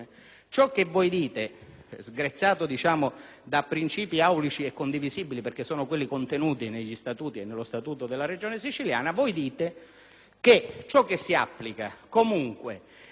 sgrezzato da principi aulici e condivisibili quali quelli contenuti negli Statuti ed anche in quello della Regione siciliana - che ciò che si applica, comunque, nella definizione